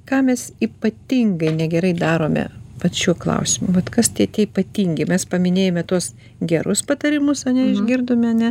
ką mes ypatingai negerai darome vat šiuo klausimu vat kas tie tie ypatingi mes paminėjome tuos gerus patarimus ane išgirdome ne